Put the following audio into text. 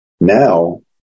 now